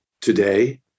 today